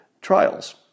trials